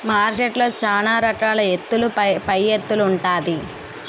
మార్కెట్లో సాన రకాల ఎత్తుల పైఎత్తులు ఉంటాది